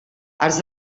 els